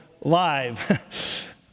Live